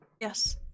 yes